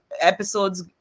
episodes